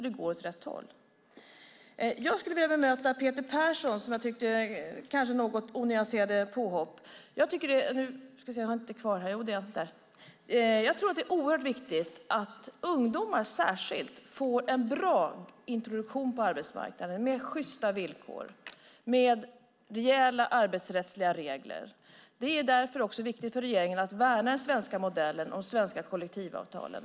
Det går alltså åt rätt håll. Jag ska bemöta Peter Perssons något onyanserade påhopp. Det är viktigt att ungdomar får en bra introduktion på arbetsmarknaden med sjysta villkor och rejäla arbetsrättsliga regler. Det är därför viktigt för regeringen att värna den svenska modellen och de svenska kollektivavtalen.